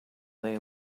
they